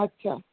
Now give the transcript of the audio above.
आहो